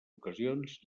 ocasions